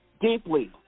deeply